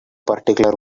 particular